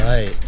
Right